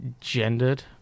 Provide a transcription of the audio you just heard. gendered